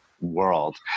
world